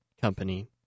company